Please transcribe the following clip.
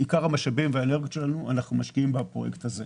את עיקר המשאבים והאנרגיות שלנו אנחנו משקיעים בפרויקט הזה.